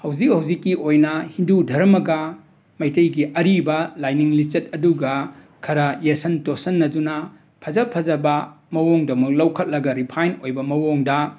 ꯍꯧꯖꯤꯛ ꯍꯧꯖꯤꯛꯀꯤ ꯑꯣꯏꯅ ꯍꯤꯟꯗꯨ ꯙꯔꯃꯒ ꯃꯩꯇꯩꯒꯤ ꯑꯔꯤꯕ ꯂꯥꯏꯅꯤꯡ ꯂꯤꯆꯠ ꯑꯗꯨꯒ ꯈꯔ ꯌꯦꯠꯁꯤꯟ ꯇꯣꯠꯁꯤꯟꯅꯗꯨꯅ ꯐꯖ ꯐꯖꯕ ꯃꯑꯣꯡꯗꯃꯛ ꯂꯧꯈꯠꯂꯒ ꯔꯤꯐꯥꯏꯟ ꯑꯣꯏꯕ ꯃꯑꯣꯡꯗ